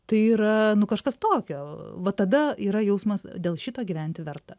tai yra kažkas tokio va tada yra jausmas dėl šito gyventi verta